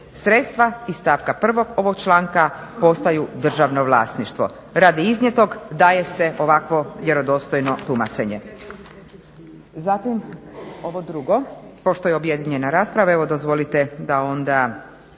Sredstva iz stavka 1. ovog članka postaju državno vlasništvo. Radi iznijetog daje se ovakvo vjerodostojno tumačenje.